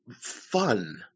fun